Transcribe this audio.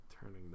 turning